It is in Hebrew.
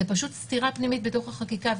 זה פשוט סתירה פנימית בתוך החקיקה.